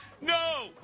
No